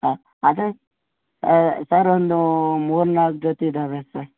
ಹಾಂ ಅದೆ ಸರ್ ಒಂದು ಮೂರು ನಾಲ್ಕು ಜೊತೆ ಇದ್ದಾವೆ ಸರ್